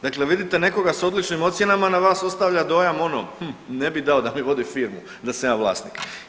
Dakle, vidite nekoga s odličnim ocjenama na vas ostavlja dojam ono hmm ne bi dao da mi vodi firmu da sam ja vlasnik.